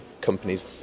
companies